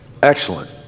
Excellent